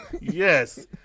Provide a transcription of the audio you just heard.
Yes